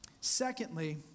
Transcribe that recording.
Secondly